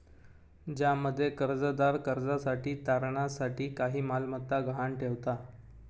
ज्यामध्ये कर्जदार कर्जासाठी तारणा साठी काही मालमत्ता गहाण ठेवता